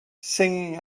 singing